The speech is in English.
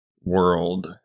world